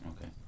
Okay